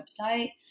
website